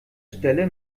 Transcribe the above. stelle